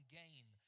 gain